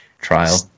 Trial